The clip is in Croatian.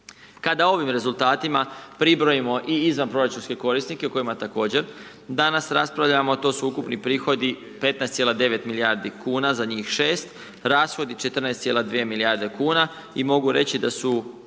Kada ovim rezultatima pribrojimo i izvanproračunske korisnike o kojima također danas raspravljamo a to su ukupni prihodi 15,9 milijardi kuna za njih 6, rashodi 14,2 milijarde kuna. I mogu reći da su,